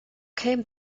came